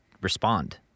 respond